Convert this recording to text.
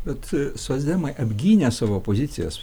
bet socdemai apgynė savo pozicijas